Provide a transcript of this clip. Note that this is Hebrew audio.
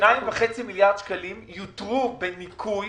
2.5 מיליארד שקלים יותרו בניכוי